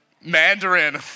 Mandarin